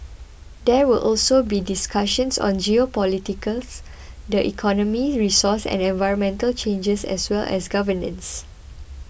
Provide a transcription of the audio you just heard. there will also be discussions on geopolitics the economy resource and environmental changes as well as governance